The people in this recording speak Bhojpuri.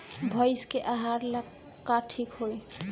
भइस के आहार ला का ठिक होई?